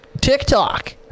TikTok